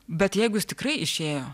bet jeigu jis tikrai išėjo